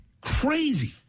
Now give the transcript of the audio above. Crazy